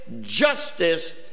justice